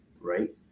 right